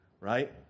right